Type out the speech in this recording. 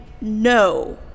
no